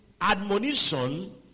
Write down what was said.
admonition